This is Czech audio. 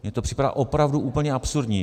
Mně to připadá opravdu úplně absurdní.